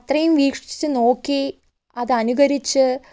അത്രയും വീക്ഷിച്ച് നോക്കി അത് അനുകരിച്ച്